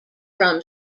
from